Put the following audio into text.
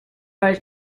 are